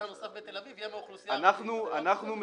הנוסף בתל אביב יהיה מהאוכלוסייה --- אנחנו מדברים,